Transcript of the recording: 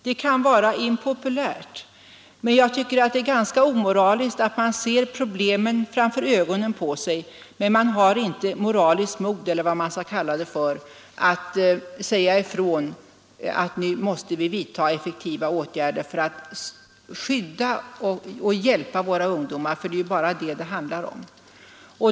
Det kan vara impopulärt, men om man ser problemen framför ögonen är det helt otillfredsställande att inte också ha det moraliska modet — eller vad man skall kalla det — att säga ifrån att nu måste vi vidta effektiva åtgärder för att skydda och hjälpa våra ungdomar. Det är ju bara det det handlar om.